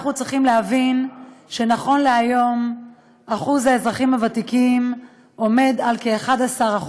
אנחנו צריכים להבין שנכון להיום אחוז האזרחים הוותיקים עומד על כ-11%.